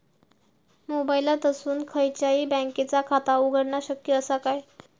मोबाईलातसून खयच्याई बँकेचा खाता उघडणा शक्य असा काय?